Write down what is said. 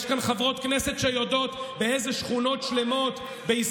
יש כאן חברות כנסת שיודעות באיזה שכונות שלמות בישראל,